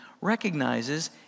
recognizes